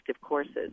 courses